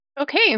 Okay